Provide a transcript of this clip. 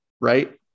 right